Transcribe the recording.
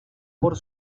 por